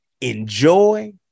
enjoy